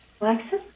Alexa